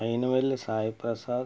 Ainavalli Sai Prasad